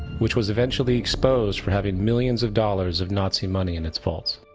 which was eventually exposed for having millions of dollars of nazi money in its vaults.